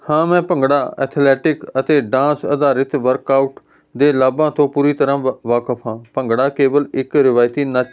ਹਾਂ ਮੈਂ ਭੰਗੜਾ ਐਥਲੈਟਿਕ ਅਤੇ ਡਾਂਸ ਅਧਾਰਿਤ ਵਰਕਆਊਟ ਦੇ ਲਾਭਾਂ ਤੋਂ ਪੂਰੀ ਤਰ੍ਹਾਂ ਵਾਕਫ ਹਾਂ ਭੰਗੜਾ ਕੇਵਲ ਇੱਕ ਰਵਾਇਤੀ ਨਾਚ